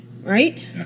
right